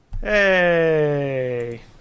Hey